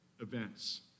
events